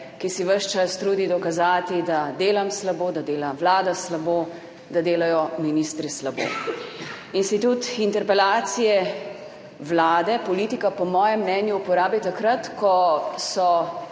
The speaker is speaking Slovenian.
ki se ves čas trudi dokazati, da delam slabo, da dela vlada slabo, da delajo ministri slabo. Institut interpelacije vlade, politika po mojem mnenju uporabi takrat, ko so